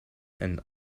and